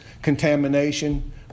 contamination